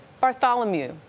Bartholomew